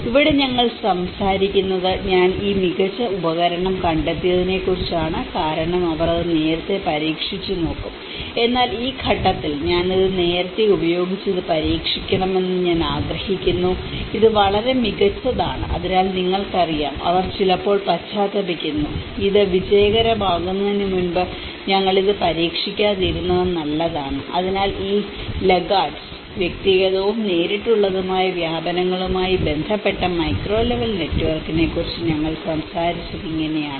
ഇവിടെ ഞങ്ങൾ സംസാരിക്കുന്നത് ഞാൻ ഈ മികച്ച ഉപകരണം കണ്ടെത്തിയതിനെക്കുറിച്ചാണ് കാരണം അവർ ഇത് പരീക്ഷിച്ചുനോക്കും എന്നാൽ ഈ ഘട്ടത്തിൽ ഞാൻ ഇത് നേരത്തെ ഉപയോഗിച്ച് ഇത് പരീക്ഷിക്കണമെന്ന് ഞാൻ ആഗ്രഹിക്കുന്നു ഇത് വളരെ മികച്ചതാണ് അതിനാൽ നിങ്ങൾക്കറിയാം അവർ ചിലപ്പോൾ പശ്ചാത്തപിക്കുന്നു ഇത് വിജയകരമാകുന്നതിന് മുമ്പ് ഞങ്ങൾ ഇത് പരീക്ഷിക്കാതിരുന്നത് നല്ലതാണ് അതിനാൽ ഈ ലാഗർഡ്സ് വ്യക്തിഗതവും നേരിട്ടുള്ളതുമായ വ്യാപനങ്ങളുമായി ബന്ധപ്പെട്ട മൈക്രോ ലെവൽ നെറ്റ്വർക്കിനെക്കുറിച്ച് ഞങ്ങൾ സംസാരിച്ചത് ഇങ്ങനെയാണ്